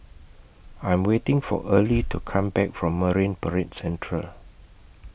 I'm waiting For Early to Come Back from Marine Parade Central